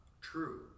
true